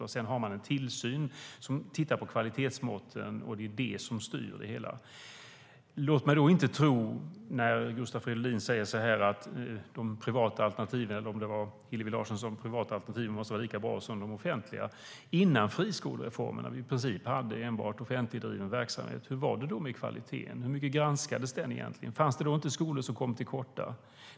Sedan ska det finnas en tillsynsorganisation som tittar på kvalitetsmåtten. Gustav Fridolin, eller om det var Hillevi Larsson, sade att de privata alternativen måste vara lika bra som de offentliga. Hur var det med kvaliteten före friskolereformen, när det i princip enbart fanns offentligdriven verksamhet? Hur mycket granskades kvaliteten? Fanns det inte då skolor som kom till korta?